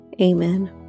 Amen